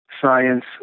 Science